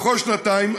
בכל שנתיים,